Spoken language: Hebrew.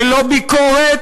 ללא ביקורת,